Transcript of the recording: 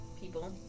people